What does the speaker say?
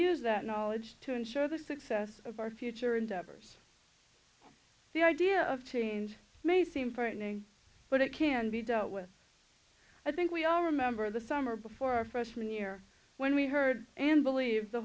use that knowledge to ensure the success of our future endeavors the idea of teens may seem frightening but it can be dealt with i think we all remember the summer before our freshman year when we heard and believe the